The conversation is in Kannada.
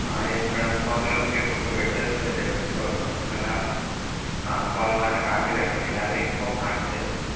ಹಾಂ ಎಸ್ ಮೆಡಮ್ ಸೊ ಅಂದರೆ ನಮಗೆ ಸ್ವಲ್ಪ ಬೆಡ್ ರೆಸ್ಟಲ್ಲಿ ಇದ್ದೆ ಮೇಡಮ್ ಸೊ ಅದಕ್ಕೋಸ್ಕರ ಕಾಲ್ ಮಾಡಕೆ ಆಗಲಿಲ್ಲ ಮೇಡಮ್ ಇಲ್ಲಾಂದರೆ ಇನ್ಫಾಮ್ ಮಾಡ್ತಿದ್ದೆ ಮೇಡಮ್